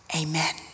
Amen